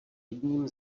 jedním